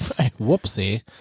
Whoopsie